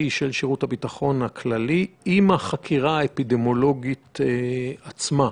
של שירות הביטחון הכללי עם החקירה האפידמיולוגית עצמה.